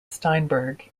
steinberg